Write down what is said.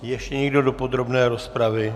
Ještě někdo do podrobné rozpravy?